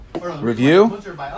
Review